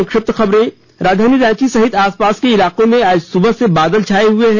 संक्षिप्त राजधानी रांची सहित आसपास के इलाकों में आज सुबह से बादल छाये हए हैं